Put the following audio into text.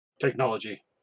technology